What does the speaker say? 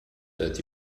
that